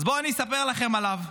בואו אני אספר לכם עליו.